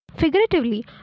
figuratively